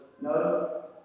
No